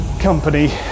company